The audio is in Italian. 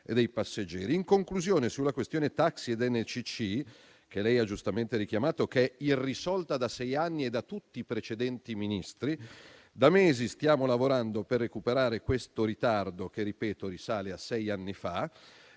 e passeggeri. In conclusione sulla questione taxi e NCC, che lei ha giustamente richiamato, irrisolta da sei anni e da tutti i precedenti Ministri, da mesi stiamo lavorando per recuperare il ritardo che - ripeto - risale a sei anni fa.